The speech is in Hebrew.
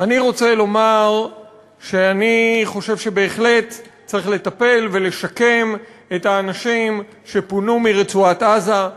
אני רוצה לומר שאני חושב שבהחלט צריך לשקם את האנשים שפונו מרצועת-עזה.